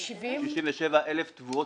67 אלף תביעות